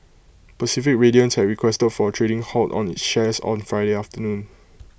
Pacific Radiance had requested for A trading halt on its shares on Friday afternoon